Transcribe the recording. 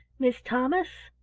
mis' thomas,